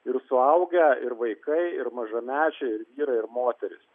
ir suaugę ir vaikai ir mažamečiai vyrai ir moterys